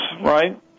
right